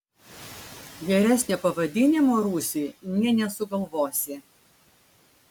geresnio pavadinimo rūsiui nė nesugalvosi